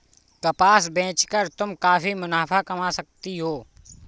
कपास बेच कर तुम काफी मुनाफा कमा सकती हो